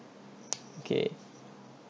okay